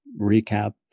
recap